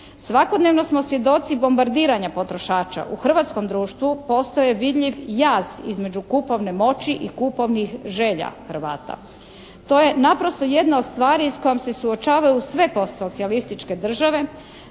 Svakodnevno smo svjedoci bombardiranja potrošača. U hrvatskom društvu postoji vidljiv jaz između kupovne moći i kupovnih želja Hrvata. To je naprosto jedna od stvari s kojom se suočavaju sve post socijalističke države